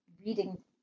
reading